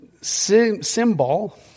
symbol